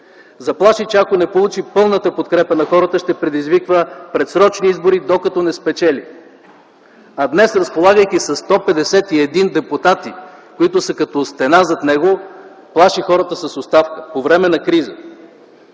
Заплаши, че ако не получи пълната подкрепа на хората, ще предизвика предсрочни избори, докато не спечели. Днес, разполагайки със 151 депутати, които са като стена зад него, плаши хората с оставка – по време на кризата.